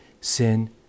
sin